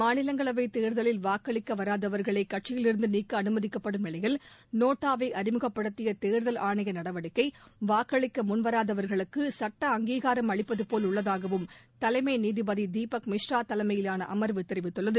மாநிலங்களவைத் தேர்தலில் வாக்களிக்க வராதவர்களை கட்சியிலிருந்து நீக்க அனுமதிக்கப்படும் நிலையில் நோட்டாவை அறிமுகப்படுத்திய தேர்தல் ஆணைய நடவடிக்கை வாக்களிக்க முன்வராதவர்களுக்கு சுட்ட அங்கீகாரம் அளிப்பதபோல் உள்ளதாகவும் தலைமை நீதிபதி தீபக் மிஸ்ரா தலைமையிலான அமர்வு தெரிவித்துள்ளது